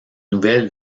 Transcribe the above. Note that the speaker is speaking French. nouvelle